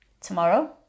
Tomorrow